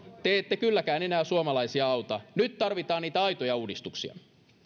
te ette kylläkään enää suomalaisia auta nyt tarvitaan aitoja uudistuksia